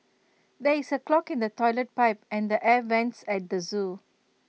there is A clog in the Toilet Pipe and the air Vents at the Zoo